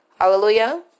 Hallelujah